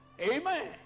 amen